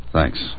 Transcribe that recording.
Thanks